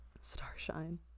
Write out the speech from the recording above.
starshine